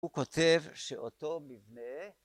‫הוא כותב שאותו מבנה...